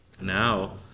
Now